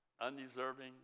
undeserving